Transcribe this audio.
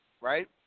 right